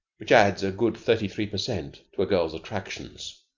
which adds a good thirty-three per cent. to a girl's attractions.